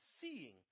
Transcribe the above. seeing